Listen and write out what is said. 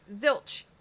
zilch